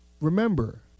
remember